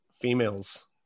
females